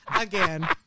Again